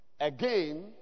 Again